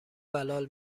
بلال